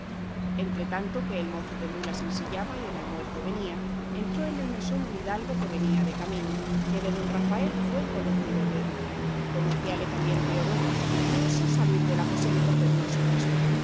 entre tanto que el mozo de mulas ensillaba y el almuerzo venía entró en el mesón un hidalgo que venía de camino que de don rafael fue conocido luego conociále también teodoro y no osó salir del aposento por no ser visto